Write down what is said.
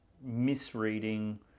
misreading